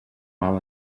mal